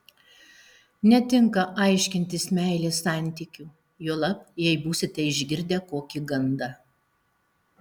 netinka aiškintis meilės santykių juolab jei būsite išgirdę kokį gandą